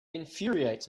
infuriates